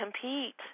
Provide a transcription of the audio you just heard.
compete